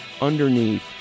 underneath